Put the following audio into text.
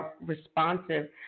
responsive